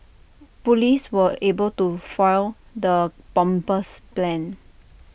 Police were able to foil the bomber's plans